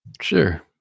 Sure